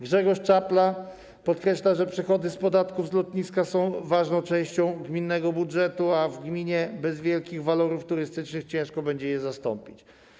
Grzegorz Czapla podkreśla, że przychody z podatków z lotniska są ważną częścią gminnego budżetu, a w gminie bez wielkich walorów turystycznych ciężko będzie je zastąpić.